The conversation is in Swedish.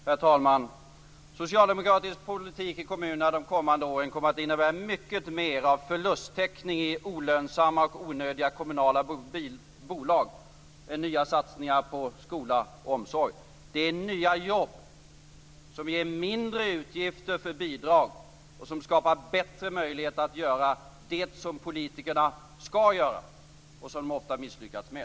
Herr talman! Socialdemokratisk politik i kommunerna de kommande åren kommer att innebära mycket mer av förlusttäckning i olönsamma och onödiga kommunala bolag än nya satsningar på skola och omsorg. Det är nya jobb som ger mindre utgifter för bidrag och som skapar bättre möjlighet att göra det som politikerna skall göra, men som de ofta misslyckats med.